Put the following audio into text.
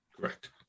Correct